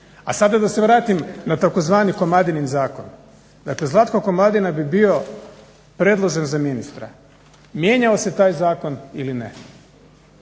A sada da se vratim na tzv. "Komadinin zakon". Dakle, Zlatko Komadina bi bio predložen za ministra mijenjao se taj zakon ili ne.